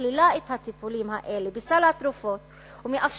שמכלילה את הטיפולים האלה בסל התרופות ומאפשרת,